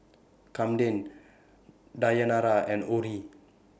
Kamden Dayanara and Orrie